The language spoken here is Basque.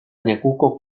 neguko